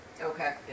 Okay